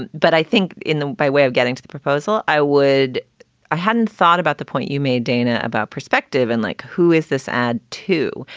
and but i think in by way of getting to the proposal, i would i hadn't thought about the point you made, dana, about perspective and like, who is this ad to?